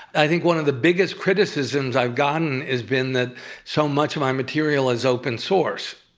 i think one of the biggest criticisms i've gotten has been that so much of my material is open source,